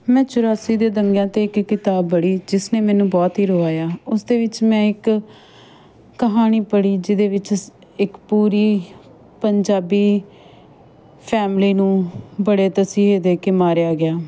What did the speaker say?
ਮੈਂ ਚੁਰਾਸੀ ਦੇ ਦੰਗਿਆਂ 'ਤੇ ਇੱਕ ਕਿਤਾਬ ਪੜ੍ਹੀ ਜਿਸਨੇ ਮੈਨੂੰ ਬਹੁਤ ਹੀ ਰਵਾਇਆ ਉਸਦੇ ਵਿੱਚ ਮੈਂ ਇੱਕ ਕਹਾਣੀ ਪੜ੍ਹੀ ਜਿਹਦੇ ਵਿੱਚ ਸ ਇੱਕ ਪੂਰੀ ਪੰਜਾਬੀ ਫੈਮਲੀ ਨੂੰ ਬੜੇ ਤਸੀਹੇ ਦੇ ਕੇ ਮਾਰਿਆ ਗਿਆ